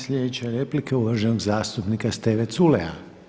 Sljedeća je replika uvaženog zastupnika Steve Culeja.